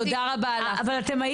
תודה רבה לך.